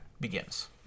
begins